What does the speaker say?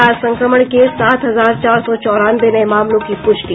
आज संक्रमण के सात हजार चार सौ चौरानवे नये मामलों की प्रष्टि